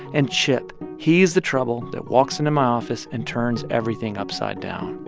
and chip he's the trouble that walks into my office and turns everything upside down